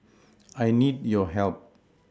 I need your help